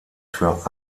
für